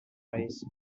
eyes